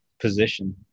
position